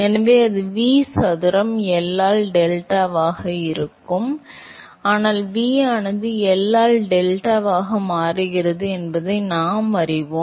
எனவே அது V சதுரம் L ஆல் டெல்டாவாக இருக்கும் ஆனால் V ஆனது L ஆல் U ஆக டெல்டாவாக மாறுகிறது என்பதை நாம் அறிவோம்